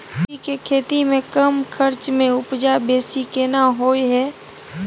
कोबी के खेती में कम खर्च में उपजा बेसी केना होय है?